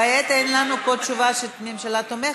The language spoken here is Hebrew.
כעת אין לנו פה תשובה שהממשלה תומכת.